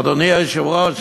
אדוני היושב-ראש,